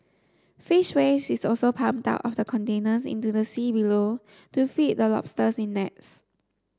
fish waste is also pumped out of the containers into the sea below to feed the lobsters in nets